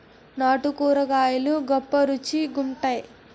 నాటు కూరగాయలు గొప్ప రుచి గుంత్తై